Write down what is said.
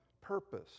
purpose